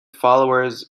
followers